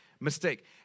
mistake